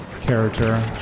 character